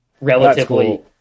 relatively